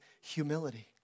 humility